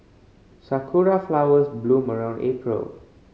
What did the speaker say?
sakura flowers bloom around April